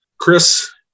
chris